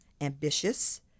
ambitious